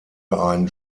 ein